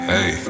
Hey